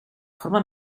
forma